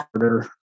harder